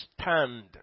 stand